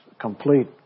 Complete